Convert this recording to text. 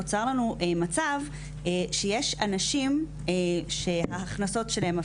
נוצר לנו מצב שיש אנשים שההכנסות שלהם,